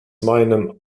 meinem